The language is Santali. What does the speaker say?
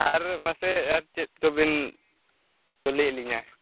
ᱟᱨ ᱢᱟᱥᱮ ᱟᱨ ᱪᱮᱫ ᱠᱚᱵᱮᱱ ᱠᱩᱞᱤᱭᱮᱫ ᱞᱤᱧᱟᱹ